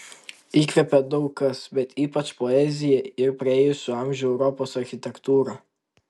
įkvepia daug kas bet ypač poezija ir praėjusių amžių europos architektūra